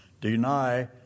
deny